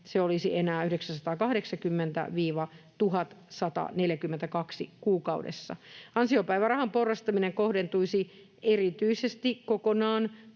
se olisi enää 980—1 142 euroa kuukaudessa. Ansiopäivärahan porrastaminen kohdentuisi erityisesti kokonaan